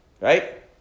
Right